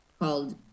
called